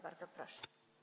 Bardzo proszę.